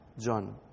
John